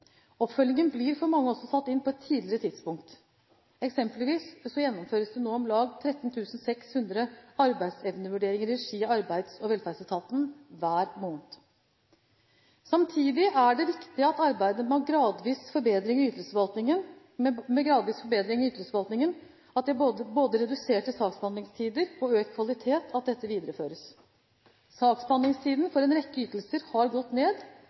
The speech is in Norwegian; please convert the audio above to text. Oppfølgingen blir for mange også satt inn på et tidligere tidspunkt. Eksempelvis gjennomføres det nå om lag 13 600 arbeidsevnevurderinger i regi av Arbeids- og velferdsetaten hver måned. Samtidig er det viktig at arbeidet med gradvise forbedringer i ytelsesforvaltningen, både reduserte saksbehandlingstider og økt kvalitet, videreføres. Saksbehandlingstiden for en rekke ytelser har gått ned,